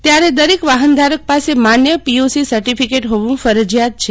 ત્યારે દરેક વાહનધારક પાસે માન્ય પીયુસી સર્તીડીકેટ તોવું ફરજીયાત છે